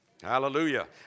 Hallelujah